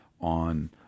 on